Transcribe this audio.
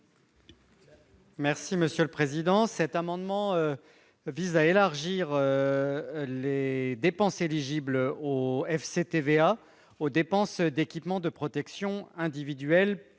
M. Rémi Féraud. Cet amendement vise à élargir les dépenses éligibles au FCTVA aux dépenses d'équipements de protection individuelle,